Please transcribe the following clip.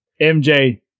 MJ